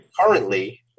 currently